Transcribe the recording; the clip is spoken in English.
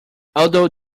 although